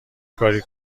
کاری